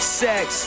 sex